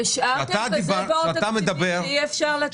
השארתם כזה בור תקציבי שאי אפשר לתת הכול לכולם.